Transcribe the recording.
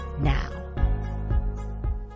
now